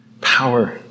power